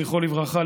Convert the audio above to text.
זכרו לברכה,